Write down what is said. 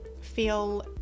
feel